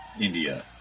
India